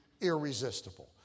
irresistible